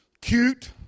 cute